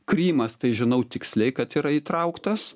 krymas tai žinau tiksliai kad yra įtrauktas